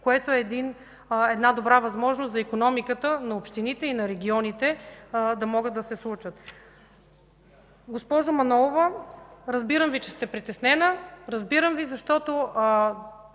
което е една добра възможност за икономиката на общините и регионите да могат да се случат. Госпожо Манолова, разбирам Ви, че сте притеснена. Разбирам Ви, защото